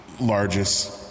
largest